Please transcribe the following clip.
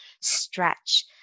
stretch